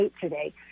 today